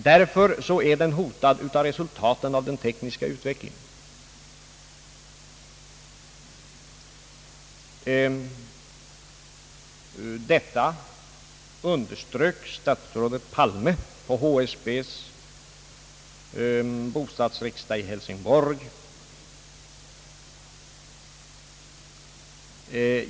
Denna är därför hotad av resultaten av den tekniska utvecklingen. Detta underströk statsrådet Palme på HSB:s bostadsriksdag i Hälsingborg.